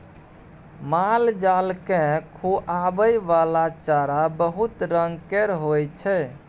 मालजाल केँ खुआबइ बला चारा बहुत रंग केर होइ छै